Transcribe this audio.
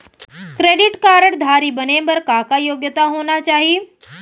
Credit card धारी बने बर का का योग्यता होना चाही?